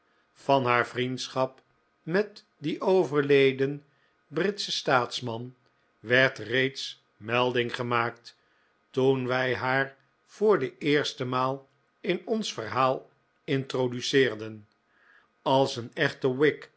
van haar vriendschap met dien overleden britschen staatsman werd reeds melding gemaakt toen wij haar voor de eerste maal in ons verhaal introduceerden als een echte